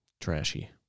Trashy